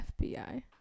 fbi